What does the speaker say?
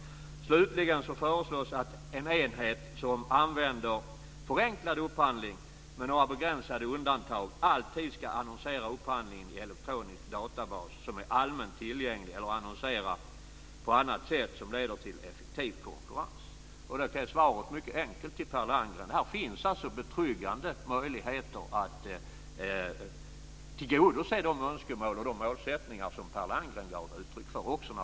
Slutligen föreslås att en enhet som använder förenklad upphandling - med några begränsade undantag - alltid ska annonsera upphandlingen i en elektronisk databas som är allmänt tillgänglig eller annonsera på annat sätt som leder till effektiv konkurrens. Svaret till Per Landgren är alltså mycket enkelt. Det finns betryggande möjligheter att tillgodose de önskemål och målsättningar som Per Landgren givit uttryck för.